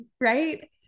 right